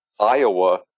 Iowa